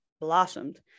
blossomed